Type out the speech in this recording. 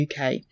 UK